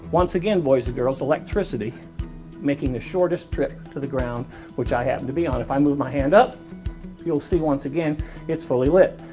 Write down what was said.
once again boys girls electricity making the shortest trip to the ground which i happen to be on. if i move my hand up you'll see once again it's fully lit.